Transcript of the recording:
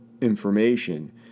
information